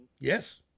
Yes